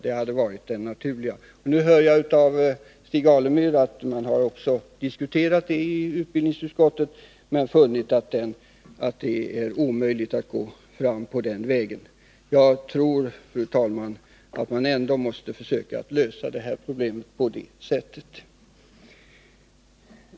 Stig Alemyr sade här att man diskuterat detta i utbildningsutskottet men funnit att det är omöjligt att gå fram på den vägen. Jag tror, fru talman, att man ändå måste försöka lösa problemet på det sättet.